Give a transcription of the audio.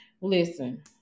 Listen